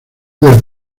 del